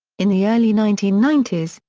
in the early nineteen ninety s,